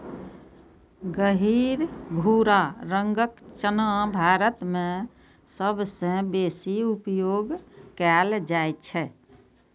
गहींर भूरा रंगक चना भारत मे सबसं बेसी उपयोग कैल जाइ छै